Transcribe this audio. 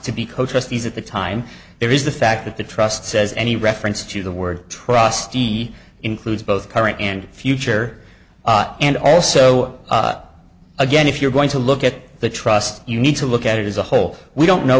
trustees at the time there is the fact that the trust says any reference to the word trustee includes both current and future and also again if you're going to look at the trust you need to look at it as a whole we don't know